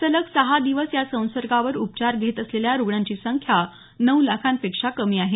सलग सहा दिवस या संसर्गावर उपचार घेत असलेल्या रुग्णांची संख्या नऊ लाखांपेक्षा कमी आहे